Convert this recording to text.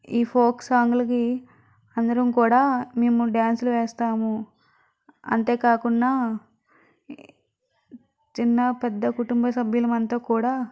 ఈ folk song లకి అందరం కూడా మేము డ్యాన్సులు వేస్తాము అంతేకాకుండా చిన్నాపెద్ద కుటుంబ సభ్యులమంతా కూడా